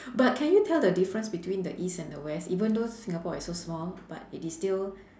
but can you tell the difference between the east and the west even though singapore is so small but it is still